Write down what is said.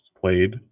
played